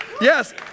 Yes